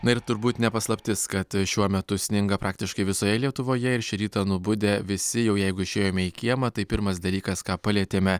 na ir turbūt ne paslaptis kad šiuo metu sninga praktiškai visoje lietuvoje ir šį rytą nubudę visi jau jeigu išėjome į kiemą tai pirmas dalykas ką palietėme